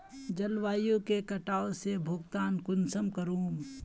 जलवायु के कटाव से भुगतान कुंसम करूम?